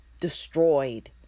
destroyed